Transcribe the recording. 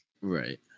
Right